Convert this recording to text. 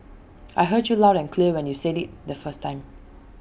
I heard you loud and clear when you said IT the first time